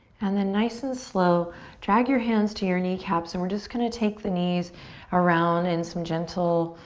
and then nice and slow drag your hands to your kneecaps and we're just going to take the knees around in some gentle